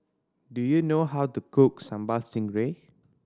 do you know how to cook Sambal Stingray